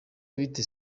bite